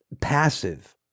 passive